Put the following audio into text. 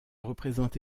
représente